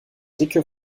dicke